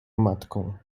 matką